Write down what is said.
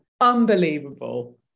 unbelievable